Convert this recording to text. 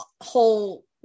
whole